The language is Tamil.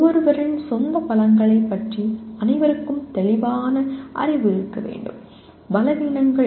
ஒவ்வொருவரின் சொந்த பலங்களைப் பற்றி அனைவருக்கும் தெளிவான அறிவு இருக்க வேண்டும் பலவீனங்கள்